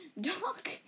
Doc